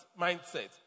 mindset